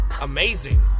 amazing